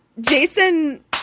Jason